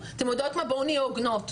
להתערב ולעשות שינוי,